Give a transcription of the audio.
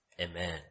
Amen